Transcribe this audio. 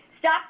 Stop